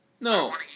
No